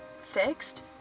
fixed